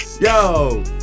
yo